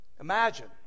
Imagine